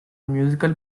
musical